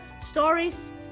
stories